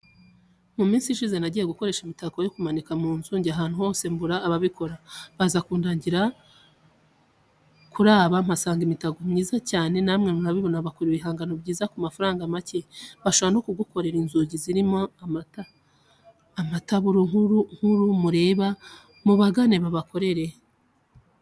Mu minsi ishize nagiye gukoresha imitako yo kumanika mu nzu, njya ahantu hose mbura ababikora. Baza kundangira kuri aba, mpasanga imitako myiza cyane, namwe murabibona bakora ibihangano byiza ku mafaranga make. Bashobora no kugukorera inzugi zirimo amataburo nk'uru mureba. Mubagane babakorere.